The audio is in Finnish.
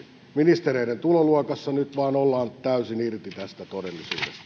ministereiden tuloluokassa nyt vain ollaan täysin irti tästä todellisuudesta